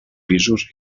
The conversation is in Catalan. pisos